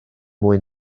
mwy